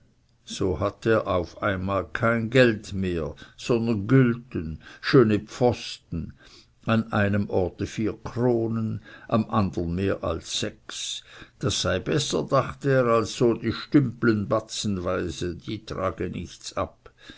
so hatte er auf einmal freilich kein geld mehr sondern gülten schöne pfosten an einem orte vier kronen am andern mehr als sechs das sei besser dachte er als so die stümpleten batzenweise die trage nichts ab